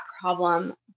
problem